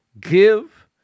Give